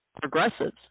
progressives